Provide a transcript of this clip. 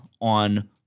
on